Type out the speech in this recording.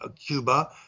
Cuba